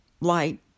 light